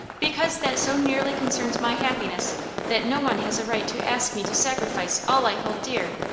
because that so nearly concerns my happiness that no one has a right to ask me to sacrifice all i hold dear.